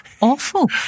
awful